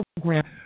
program